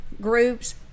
groups